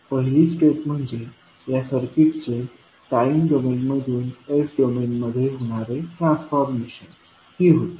पहिली स्टेप म्हणजे या सर्किटचे टाइम डोमेनमधून s डोमेनमध्ये होणारे ट्रान्सफॉर्मेशन ही होती